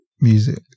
music